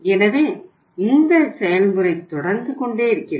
எனவே இந்த செயல்முறை தொடர்நது கொண்டே இருக்கிறது